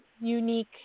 unique